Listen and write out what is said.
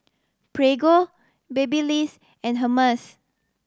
Prego Babyliss and Hermes